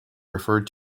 referred